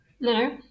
no